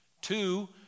Two